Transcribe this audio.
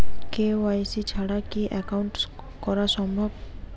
KYC ছাড়া কি account করা সম্ভব?